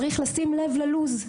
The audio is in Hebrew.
צריך לשים לב ללו"ז.